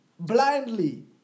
blindly